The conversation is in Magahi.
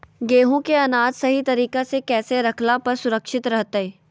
गेहूं के अनाज सही तरीका से कैसे रखला पर सुरक्षित रहतय?